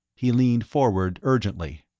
he leaned forward, urgently.